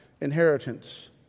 inheritance